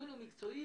מקצועי?